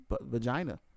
vagina